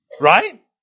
right